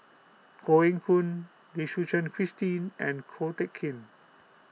Koh Eng Hoon Lim Suchen Christine and Ko Teck Kin